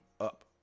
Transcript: up